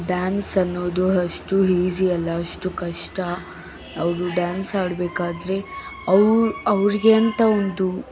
dance ಅನ್ನೋದು ಅಷ್ಟು easy ಅಲ್ಲ ಅಷ್ಟು ಕಷ್ಟ ಅವರು ಡ್ಯಾನ್ಸ್ ಆಡಬೇಕಾದ್ರೆ ಅವ್ರ ಅವ್ರಿಗೆ ಅಂತ ಒಂದು